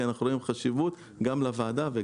כי אנחנו רואים חשיבות גם לוועדה.